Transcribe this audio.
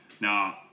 now